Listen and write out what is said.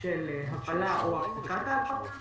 של הפעלה או הפסקת ההפעלה.